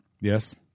Yes